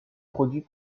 produit